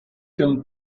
him